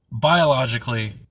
biologically